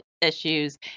issues